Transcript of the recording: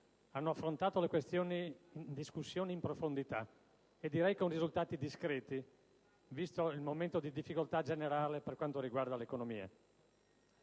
hanno affrontato le questioni in discussione in profondità e direi con risultati discreti, visto il momento di difficoltà generale per quanto riguarda l'economia.